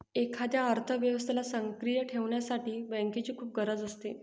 एखाद्या अर्थव्यवस्थेला सक्रिय ठेवण्यासाठी बँकेची खूप गरज असते